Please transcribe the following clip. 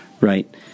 Right